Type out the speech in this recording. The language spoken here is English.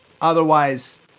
Otherwise